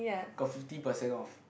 got fifty percent off